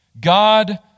God